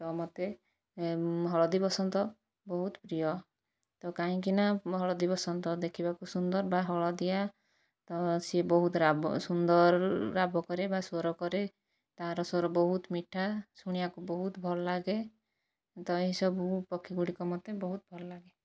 ତ ମୋତେ ହଳଦୀବସନ୍ତ ବହୁତ ପ୍ରିୟ ତ କାହିଁକିନା ହଳଦୀବସନ୍ତ ଦେଖିବାକୁ ସୁନ୍ଦର ବା ହଳଦିଆ ତ ସେ ବହୁତ ରାବ ସୁନ୍ଦର ରାବ କରେ ବା ସ୍ଵର କରେ ତା'ର ସ୍ୱର ବହୁତ ମିଠା ଶୁଣିବାକୁ ବହୁତ ଭଲଲାଗେ ତ ଏହିସବୁ ପକ୍ଷୀଗୁଡ଼ିକ ମୋତେ ବହୁତ ଭଲଲାଗେ